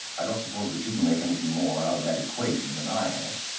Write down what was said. i don't suppose that you can make anything more out of that equation than i have.